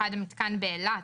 במיוחד המתקן באילת,